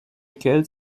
geld